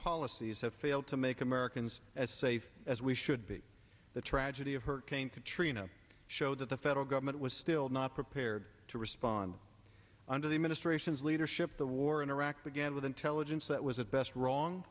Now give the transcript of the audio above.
policies have failed to make americans as safe as we should be the tragedy of hurricane katrina showed that the federal government was still not prepared to respond under the administration's leadership the war in iraq began with intelligence that was at best wrong